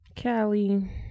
Callie